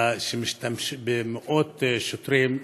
מאות שוטרים,